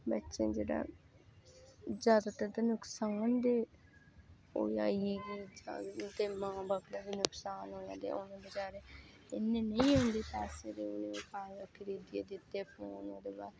बच्चें जेह्ड़ा जागतें ते नुक्सान दी ते जगतें दे बब्बें बी नुकसान होया ते उ'नें बेचारें इन्ने नेईं होंदे पैसे उ'नें खरीदियै दित्ते फोन ते